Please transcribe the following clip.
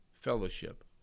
fellowship